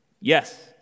Yes